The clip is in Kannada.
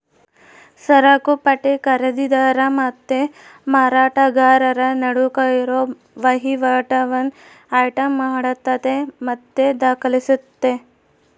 ಸರಕುಪಟ್ಟಿ ಖರೀದಿದಾರ ಮತ್ತೆ ಮಾರಾಟಗಾರರ ನಡುಕ್ ಇರೋ ವಹಿವಾಟನ್ನ ಐಟಂ ಮಾಡತತೆ ಮತ್ತೆ ದಾಖಲಿಸ್ತತೆ